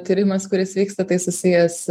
tyrimas kuris vyksta tai susijęs